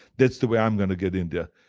that's the way i'm going to get in there.